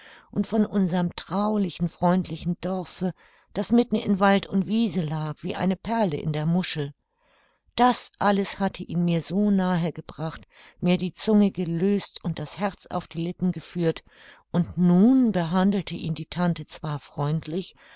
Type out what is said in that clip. und von unserm traulichen freundlichen dorfe das mitten in wald und wiese lag wie eine perle in der muschel das alles hatte ihn mir so nahe gebracht mir die zunge gelöst und das herz auf die lippen geführt und nun behandelte ihn die tante zwar freundlich